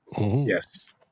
Yes